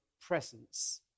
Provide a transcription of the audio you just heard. presence